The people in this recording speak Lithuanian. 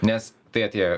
nes tai atėję